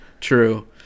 True